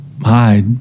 hide